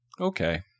Okay